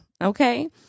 Okay